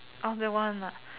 or they want